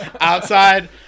Outside